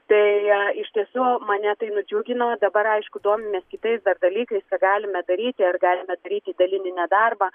tai iš tiesų mane tai nudžiugino dabar aišku domimės kitais dar dalykais ką galime daryti ar galime daryti dalinį nedarbą